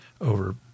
over –